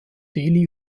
delhi